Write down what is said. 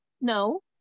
no